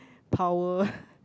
power